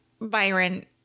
Byron